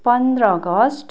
पन्ध्र अगस्ट